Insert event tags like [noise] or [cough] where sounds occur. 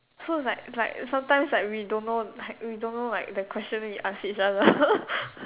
so it's like like sometimes like we don't know like we don't know like the question we ask each other [laughs]